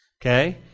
Okay